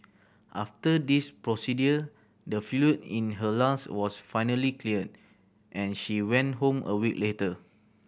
after this procedure the fluid in her lungs was finally cleared and she went home a week later